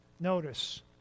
notice